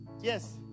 yes